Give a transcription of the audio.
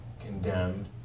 condemned